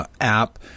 app